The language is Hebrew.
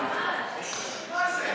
מה זה?